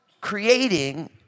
creating